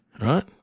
right